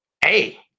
hey